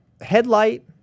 headlight